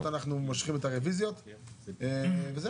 איך אתה אומר מדינה יהודית כשאתה רוצה